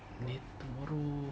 நேத்து ஒரு:neathu oru tomorrow